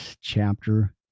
chapter